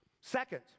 Second